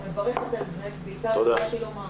אני מברכת על זה ובעיקר זה מה שבאתי לומר.